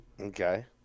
Okay